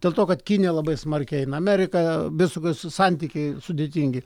dėl to kad kinija labai smarkiai eina amerika visų vis santykiai sudėtingi